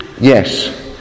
Yes